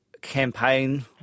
campaign